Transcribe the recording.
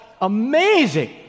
Amazing